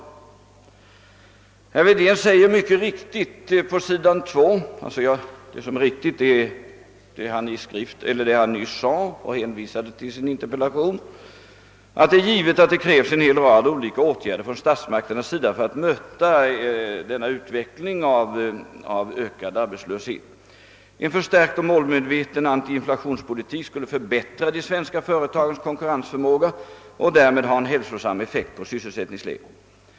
Herr Wedén säger mycket riktigt i sin interpellation: »Det är givet att det krävs en hel rad olika åtgärder från statsmakternas sida för att möta denna utveckling. En förstärkt och målmedveten antiinflationspolitik skulle förbättra de svenska företagens konkurrensförmåga och därmed ha en hälsosam effekt på sysselsättningsläget.